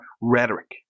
rhetoric